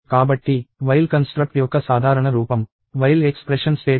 కాబట్టి while construct యొక్క సాధారణ రూపం వైల్ ఎక్స్ప్రెషన్ స్టేట్మెంట్